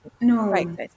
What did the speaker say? no